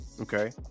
Okay